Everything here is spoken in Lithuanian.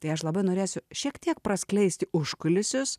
tai aš labai norėsiu šiek tiek praskleisti užkulisius